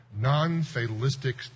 non-fatalistic